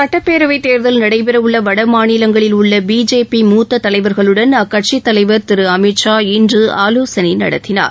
சட்டப்பேரவை தேர்தல் நடைபெறவுள்ள வடமாநிலங்களில் உள்ள பிஜேபி மூத்த தலைவர்களுடன் அக்கட்சி தலைவர் திரு அமித்ஷா இன்று ஆலோசனை நடத்தினார்